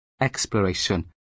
exploration